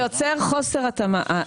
זה יוצר חוסר התאמה.